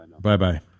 Bye-bye